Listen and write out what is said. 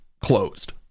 closed